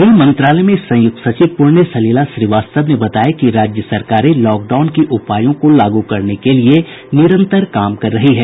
गृह मंत्रालय में संयुक्त सचिव पूण्य सलिला श्रीवास्तव ने बताया कि राज्य सरकारें लॉकडाउन के उपायों को लागू करने के लिए निरंतर काम कर रही है